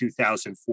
2004